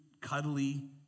cuddly